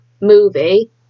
movie